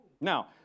Now